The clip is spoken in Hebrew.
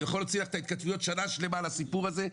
אני יכול להוציא לך את ההתכתבויות במשך שנה שלמה על הסיפור הזה.